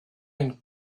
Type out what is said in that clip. and